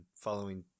following